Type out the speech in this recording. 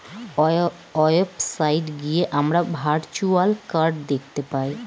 website গিয়ে আমরা virtual card দেখতে পাই